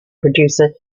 producer